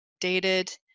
dated